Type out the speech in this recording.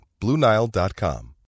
BlueNile.com